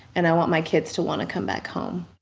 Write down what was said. and i want my kids to want to come back home.